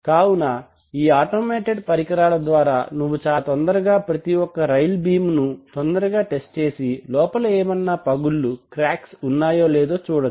కావున ఈ ఆటోమాటెడ్ పరికరాల ద్వారా నువ్వు చాలా తొందరగా ప్రతి ఒక్క రైలు బీమ్ ను తొందరగా టెస్ట్ చేసి లోపల ఏమైనా పగుళ్లు ఉన్నాయో లేదో చూడొచ్చు